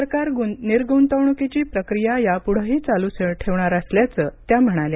सरकार निर्गुंतवणुकीची प्रक्रिया पुढेही चालू ठेवणार असल्याचं त्या म्हणाल्या